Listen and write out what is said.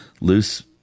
loose